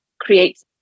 creates